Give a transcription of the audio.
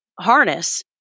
harness